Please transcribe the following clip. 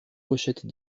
pochettes